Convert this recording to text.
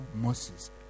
Moses